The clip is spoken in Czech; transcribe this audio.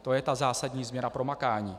To je ta zásadní změna pro makání.